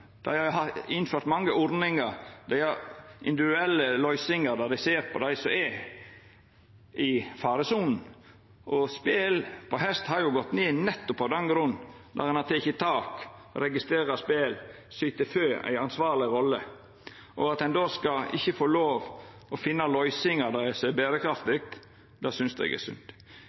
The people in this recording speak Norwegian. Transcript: Dei har innført mange ordningar, og dei har individuelle løysingar der dei ser på dei som er i faresona. Spel på hest har jo gått ned nettopp av den grunn, når ein har teke tak – registrerer spel, syter for ei ansvarleg rolle. At ein då ikkje skal få lov til å finna løysingar som er berekraftige, synest eg er synd.